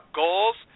goals